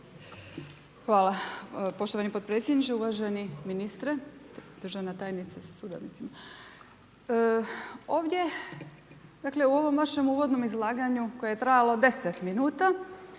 Hvala poštovani podpredsjedniče, uvaženi ministre, državna tajnice sa suradnicima. Ovdje, dakle u ovom vašem uvodnom izlaganju koje je trajalo 10 minuta,